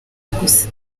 gusa